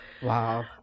Wow